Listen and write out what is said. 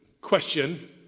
question